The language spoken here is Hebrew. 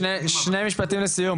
שני משפטים לסיום,